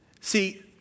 See